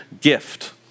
gift